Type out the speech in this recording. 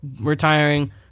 retiring